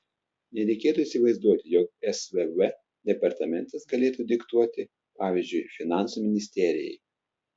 nereikėtų įsivaizduoti jog svv departamentas galėtų diktuoti pavyzdžiui finansų ministerijai